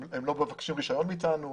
הם לא מבקשים רישיון מאתנו,